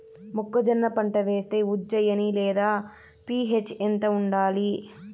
మొక్కజొన్న పంట వేస్తే ఉజ్జయని లేదా పి.హెచ్ ఎంత ఉండాలి?